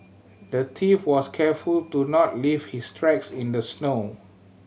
the thief was careful to not leave his tracks in the snow